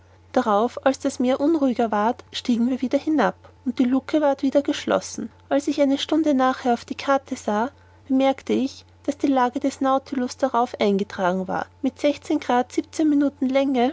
darauf als das meer unruhiger ward stiegen wir wieder hinab und die lucke ward wieder geschlossen als ich eine stunde nachher auf die karte sah bemerkte ich daß die lage des nautilus darauf eingetragen war mit